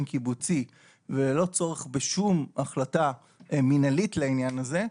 קיבוצי וללא צורך בשום החלטה מנהלית לעניין הזה,